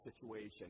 situation